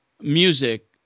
music